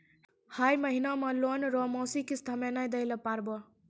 है महिना मे लोन रो मासिक किस्त हम्मे नै दैल पारबौं